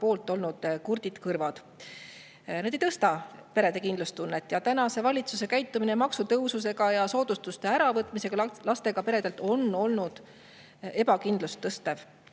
olnud kurdid kõrvad. See ei tõsta perede kindlustunnet. Tänase valitsuse käitumine maksutõusudega ja soodustuste äravõtmisega lastega peredelt on ebakindlust tõstnud.